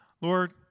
Lord